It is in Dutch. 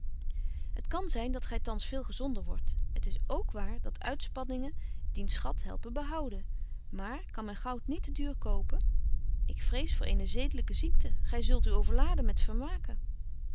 het kan zyn dat gy thans veel gezonder wordt het is k wààr dat uitspanningen dien schat helpen behouden maar kan men goud niet te duur kopen ik vrees voor eene zedelyke ziekte gy zult u overladen met vermaken